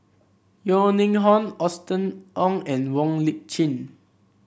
Yeo Ning Hong Austen Ong and Wong Lip Chin